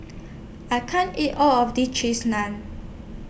I can't eat All of This Cheese Naan